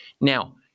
Now